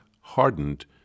hardened